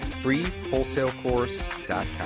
freewholesalecourse.com